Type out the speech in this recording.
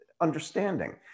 understanding